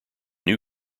new